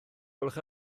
gwelwch